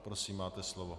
Prosím, máte slovo.